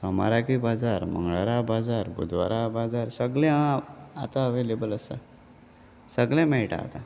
सोमाराकी बाजार मंगळारा बाजार बुधवारा बाजार सगळें हां आतां अवेलेबल आसा सगळें मेळटा आतां